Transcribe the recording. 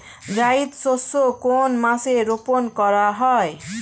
জায়িদ শস্য কোন মাসে রোপণ করা হয়?